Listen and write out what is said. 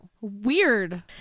Weird